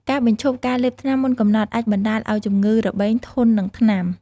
ការបញ្ឈប់ការលេបថ្នាំមុនកំណត់អាចបណ្តាលឱ្យជំងឺរបេងធន់នឹងថ្នាំ។